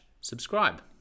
subscribe